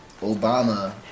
Obama